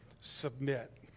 submit